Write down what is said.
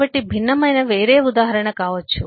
కాబట్టి భిన్నమైనవి వేరే ఉదాహరణ కావచ్చు